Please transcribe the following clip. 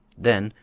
then,